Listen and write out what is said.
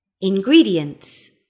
Ingredients